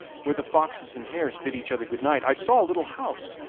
where the foxes and hares bid each other good-night, i saw a little house,